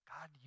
God